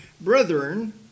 Brethren